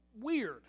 weird